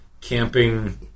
camping